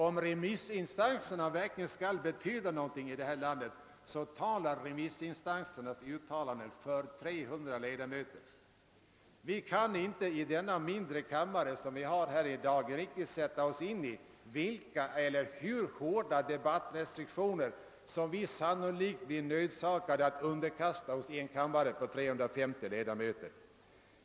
Om remissinstanserna verkligen skall betyda någonting i detta land, så uttalar de sig för cirka 300 1edamöter. Vi kan inte i denna mindre kammare som vi har i dag riktigt föreställa oss vilka eller hur hårda debattrestriktioner som vi sannolikt blir nödsakade att underkasta oss i en kammare om 350 ledamöter.